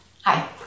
Hi